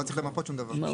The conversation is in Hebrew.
לא צריך למפות שום דבר.